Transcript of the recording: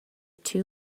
two